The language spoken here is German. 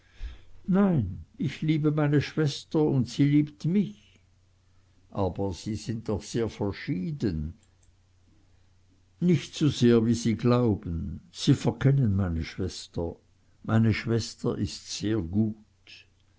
nein ich liebe meine schwester und sie liebt mich aber sie sind doch so sehr verschieden nicht so sehr wie sie glauben sie verkennen meine schwester meine schwester ist sehr gut